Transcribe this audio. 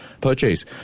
purchase